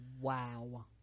wow